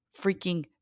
freaking